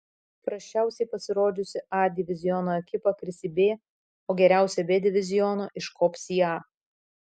prasčiausiai pasirodžiusi a diviziono ekipa kris į b o geriausia b diviziono iškops į a